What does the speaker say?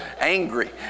angry